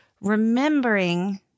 remembering